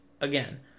again